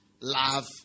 love